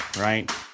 right